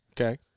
Okay